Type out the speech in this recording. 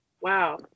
wow